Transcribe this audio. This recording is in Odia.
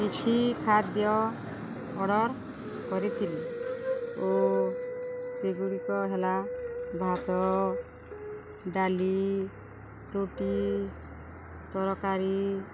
କିଛି ଖାଦ୍ୟ ଅର୍ଡ଼ର୍ କରିଥିଲି ଓ ସେଗୁଡ଼ିକ ହେଲା ଭାତ ଡ଼ାଲି ରୁଟି ତରକାରୀ